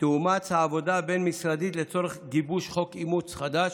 תושלם העבודה הבין-משרדית לצורך גיבוש חוק אימוץ חדש,